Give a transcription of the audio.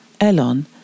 Elon